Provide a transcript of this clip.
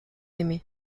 aimé